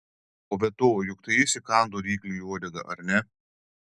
o be to juk tai jis įkando rykliui į uodegą ar ne